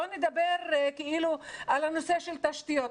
בואו נדבר על הנושא של תשתיות.